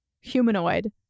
humanoid